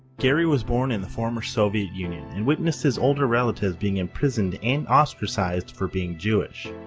gary was born in the former soviet union, and witnessed his older relatives being imprisoned and ostracized for being jewish.